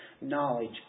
knowledge